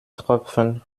tropfen